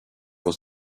was